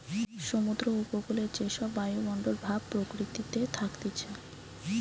সমুদ্র উপকূলে যে সব বায়ুমণ্ডল ভাব প্রকৃতিতে থাকতিছে